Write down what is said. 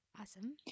awesome